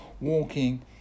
walking